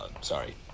sorry